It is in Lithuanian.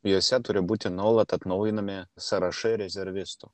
jose turi būti nuolat atnaujinami sąrašai rezervistų